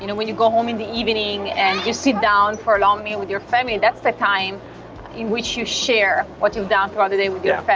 you know when you go home in the evening and you sit down for a long meal with your family that's the time in which you share what you've done throughout the day with yeah